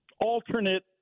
alternate